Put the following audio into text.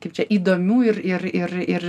kaip čia įdomių ir ir ir ir